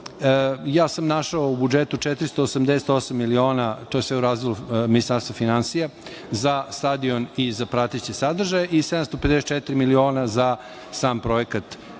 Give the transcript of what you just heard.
Ja sam našao u budžetu 488 miliona, to je sve u razdelu Ministarstva finansija, za stadion i za prateće sadržaje i 754 miliona za sam projekat